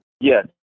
Yes